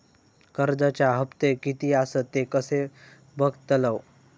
कर्जच्या हप्ते किती आसत ते कसे बगतलव?